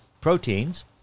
proteins